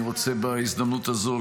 בהזדמנות הזאת,